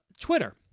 Twitter